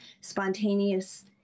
Spontaneous